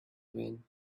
win